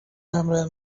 همراه